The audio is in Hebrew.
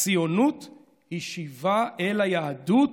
"הציונות היא שיבה אל היהדות,